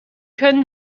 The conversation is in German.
können